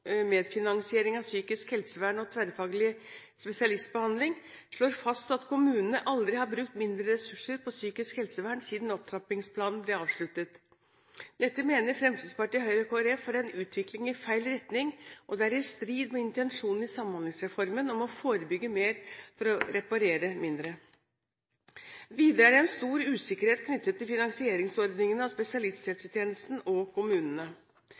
psykisk helsevern og tverrfaglig spesialisert rusbehandling», slår fast at kommunene aldri har brukt mindre ressurser på psykisk helsevern siden opptrappingsplanen ble avsluttet. Dette mener Fremskrittspartiet, Høyre og Kristelig Folkeparti er en utvikling i feil retning, og det er i strid med intensjonen i Samhandlingsreformen om å forebygge mer for å reparere mindre. Videre er det er stor usikkerhet knyttet til finansieringsordningene av spesialisthelsetjenesten og kommunene.